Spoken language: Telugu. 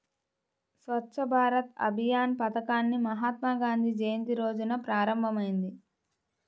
స్వచ్ఛ్ భారత్ అభియాన్ పథకాన్ని మహాత్మాగాంధీ జయంతి రోజున ప్రారంభమైంది